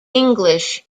english